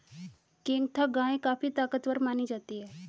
केंकथा गाय काफी ताकतवर मानी जाती है